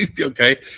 Okay